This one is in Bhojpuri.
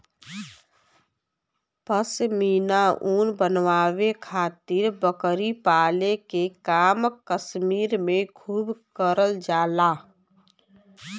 पश्मीना ऊन बनावे खातिर बकरी पाले के काम कश्मीर में खूब करल जाला